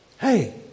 hey